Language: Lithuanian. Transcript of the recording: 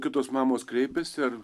kitos mamos kreipiasi ar